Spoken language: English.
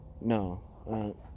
No